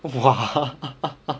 !wah!